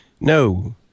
No